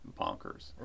bonkers